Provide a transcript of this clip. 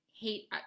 hate